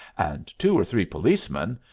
and two or three policemen,